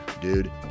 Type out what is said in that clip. dude